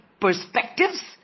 perspectives